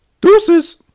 Deuces